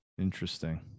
Interesting